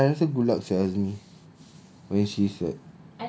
I I rasa good luck sia azmi I mean she's like